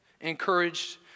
encouraged